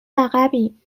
عقبیم